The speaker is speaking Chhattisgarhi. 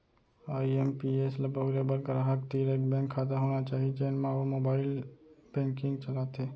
आई.एम.पी.एस ल बउरे बर गराहक तीर एक बेंक खाता होना चाही जेन म वो ह मोबाइल बेंकिंग चलाथे